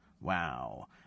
Wow